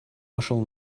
пошел